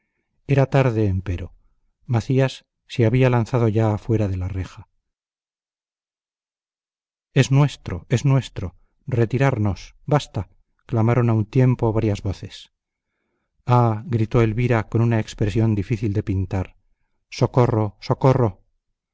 hacía la ventana era tarde empero macías se había lanzado ya fuera de la reja es nuestro es nuestro retirarnos basta clamaron a un tiempo varías voces ah gritó elvira con una expresión difícil de pintar socorro socorro